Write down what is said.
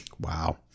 Wow